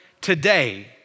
today